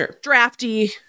drafty